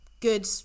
good